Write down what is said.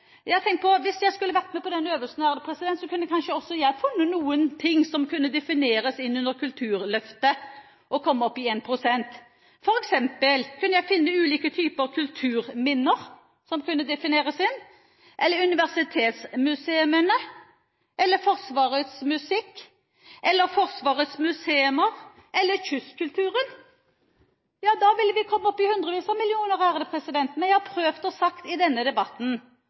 Jeg har tenkt på at hvis jeg skulle vært med på denne øvelsen, kunne kanskje også jeg finne noe som kunne defineres inn under Kulturløftet og komme opp i 1 pst. For eksempel kunne jeg finne ulike typer kulturminner som kunne defineres inn, eller universitetsmuseene, eller Forsvarets musikk, eller Forsvarets museer eller kystkulturen. Da ville vi kommet opp i hundrevis av millioner. Men jeg har i denne debatten